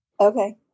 Okay